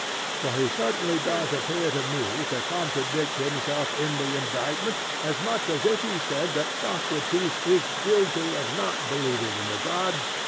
for he certainly does appear to me to contradict himself in the indictment as much as if he said that socrates is guilty of not believing in the gods,